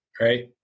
right